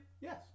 Yes